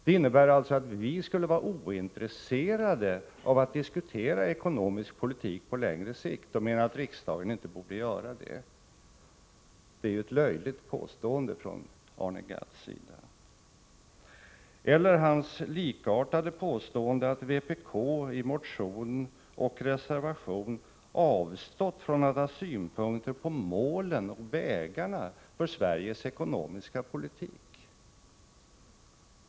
Det innebär alltså att vi skulle vara ointresserade av att diskutera ekonomisk politik på längre sikt och mena att riksdagen inte borde göra det. — Det är ett löjligt påstående från Arne Gadd! Eller hans likartade påstående att vpk i motion och reservation har avstått från att ha synpunkter på målen och vägarna för Sveriges ekonomiska politik!